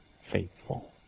faithful